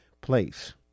place